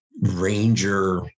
Ranger